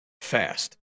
fast